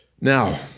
Now